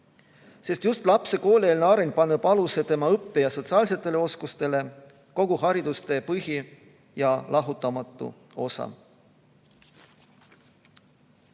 sest just lapse koolieelne areng paneb aluse tema õpi‑ ja sotsiaalsetele oskustele, olles kogu haridustee põhi ja lahutamatu osa.